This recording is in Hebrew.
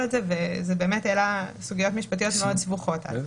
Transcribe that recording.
את זה וזה באמת העלה סוגיות משפטיות מאוד סבוכות.